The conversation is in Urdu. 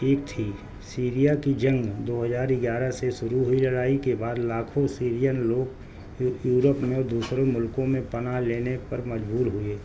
ایک تھی سیریا کی جنگ دو ہزار گیارہ سے شروع ہوئی لڑائی کے بعد لاکھوں سیرین لوگ یوروپ میں اور دوسرے ملکوں میں پناہ لینے پر مجبور ہوئے